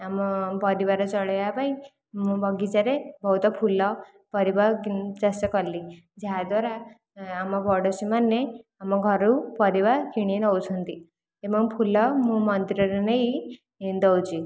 ଆମ ପରିବାର ଚଳାଇବା ପାଇ ମୁଁ ବଗିଚାରେ ବହୁତ ଫୁଲ ପରିବା ଆଉ ଚାଷ କଲି ଯାହା ଦ୍ଵାରା ଆମ ପଡ଼ୋଶୀମାନେ ଆମ ଘରୁ ପରିବା କିଣି ନେଉଛନ୍ତି ଏବଂ ଫୁଲ ମୁଁ ମନ୍ଦିରରେ ନେଇ ଦେଉଛି